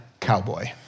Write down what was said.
cowboy